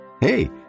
Hey